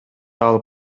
алып